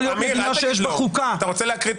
להיות מדינה שיש בה חוקה --- אתה רוצה להקריא את